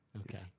Okay